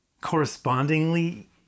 correspondingly